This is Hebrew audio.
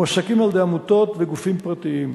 מועסקים על-ידי עמותות וגופים פרטיים.